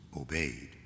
obeyed